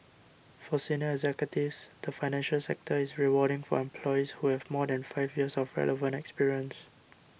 for senior executives the financial sector is rewarding for employees who have more than five years of relevant experience